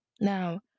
Now